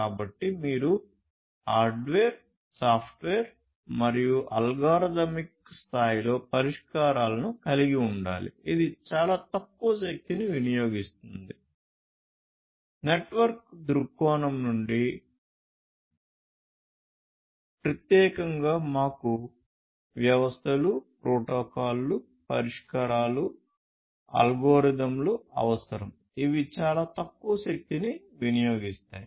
కాబట్టి మీరు hardware software మరియు అల్గోరిథమిక్ స్థాయిలో పరిష్కారాలను కలిగి ఉండాలి ఇది చాలా తక్కువ శక్తిని వినియోగిస్తుంది నెట్వర్క్ దృక్కోణం నుండి ప్రత్యేకంగా మనకు వ్యవస్థలు ప్రోటోకాల్లు పరిష్కారాలు అల్గోరిథంలు అవసరం ఇవి చాలా తక్కువ శక్తిని వినియోగిస్తాయి